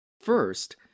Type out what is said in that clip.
First